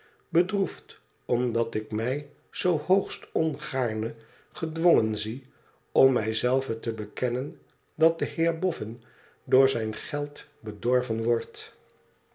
bedroefd omdat ik mij zoo hoogst ongaarne gedwongen zie om mij zelve te bekennen dat de heer boffin door zijn geld bedorven wordt